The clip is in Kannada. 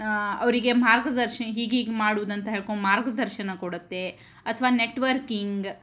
ಅವರಿಗೆ ಮಾರ್ಗದರ್ಶನ ಹೀಗೀಗೆ ಮಾಡುದಂತ ಹೇಳ್ಕೊಂಡು ಮಾರ್ಗದರ್ಶನ ಕೊಡತ್ತೆ ಅಥವಾ ನೆಟ್ವರ್ಕಿಂಗ್